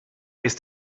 ist